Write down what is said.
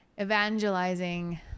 evangelizing